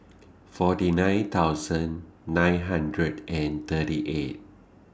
forty nine thousand nine hundred and thirty eight